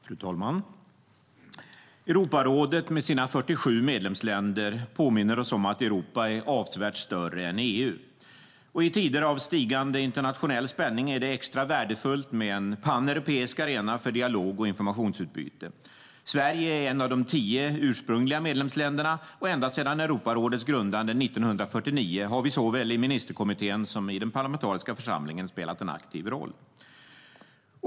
Fru talman! Europarådet med sina 47 medlemsländer påminner oss om att Europa är avsevärt större än EU. I tider av stigande internationell spänning är det extra värdefullt med en paneuropeisk arena för dialog och informationsutbyte. Sverige är ett av de tio ursprungliga medlemsländerna, och ända sedan Europarådets grundande 1949 har vi såväl i ministerkommittén som i den parlamentariska församlingen spelat en aktiv roll.